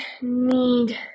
need